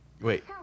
Wait